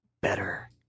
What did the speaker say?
better